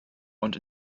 und